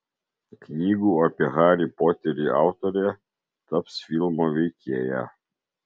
knygų apie harį poterį autorė taps filmo veikėja